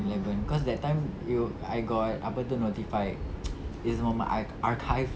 eleven cause that time you I got apa tu notified it's on my archive